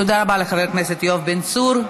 תודה רבה לחבר הכנסת יואב בן צור.